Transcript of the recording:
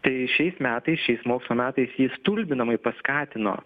tai šiais metais šiais mokslo metais jį stulbinamai paskatino